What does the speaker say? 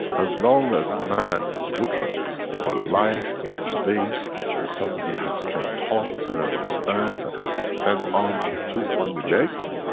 as long as man is looking for life in space with somebody has, can talk and understand and have ten arms and ah two funny legs,